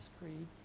Creed